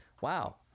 wow